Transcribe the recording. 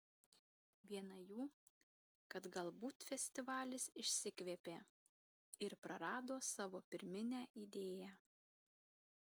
viena jų kad galbūt festivalis išsikvėpė ir prarado savo pirminę idėją